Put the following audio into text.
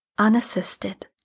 unassisted